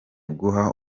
guha